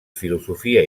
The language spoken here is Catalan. filosofia